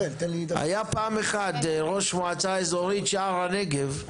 הייתה פעם אחת ראש מועצה אזורית שער הנגב,